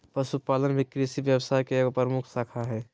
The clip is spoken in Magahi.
पशुपालन भी कृषि व्यवसाय के एगो प्रमुख शाखा हइ